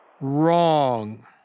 Wrong